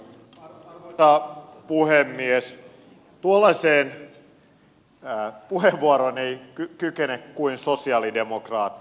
tuollaiseen puheenvuoroon ei kykene kuin sosialidemokraatti